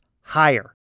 higher